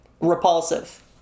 repulsive